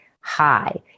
high